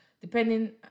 depending